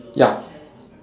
ya